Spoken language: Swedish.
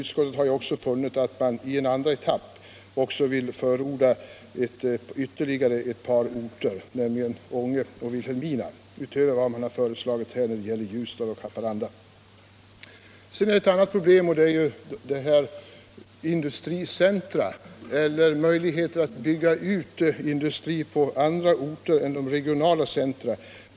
Utskottet har vidare funnit att man i en andra etapp vill förorda ytterligare ett par orter, nämligen Ånge och Vilhelmina, utöver vad man här föreslagit när det gäller Ljusdal och Haparanda. Sedan är det problemet med möjligheterna att bygga ut industrier på andra orter än regionala centra.